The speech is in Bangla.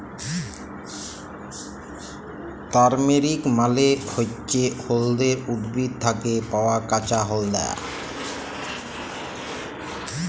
তারমেরিক মালে হচ্যে হল্যদের উদ্ভিদ থ্যাকে পাওয়া কাঁচা হল্যদ